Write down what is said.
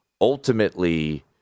ultimately